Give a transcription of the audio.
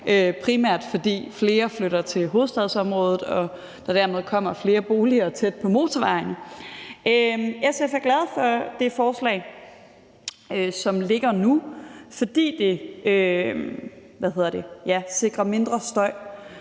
primært fordi flere flytter til hovedstadsområdet og der dermed kommer flere boliger tæt på motorvejen. SF er glade for det forslag, som ligger nu, fordi det sikrer mindre støj,